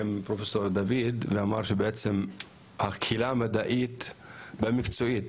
פרופסור דוד ואמר שבעצם הקהילה המדעית והמקצועית